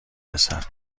رسد